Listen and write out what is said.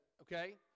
okay